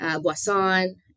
Boisson